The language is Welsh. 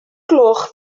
gloch